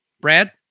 Brad